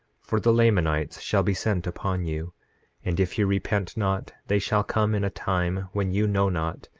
for the lamanites shall be sent upon you and if ye repent not they shall come in a time when you know not,